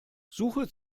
suche